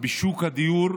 בשוק הדיור.